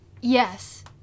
Yes